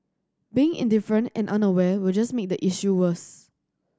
being indifferent and unaware will just make the issue worse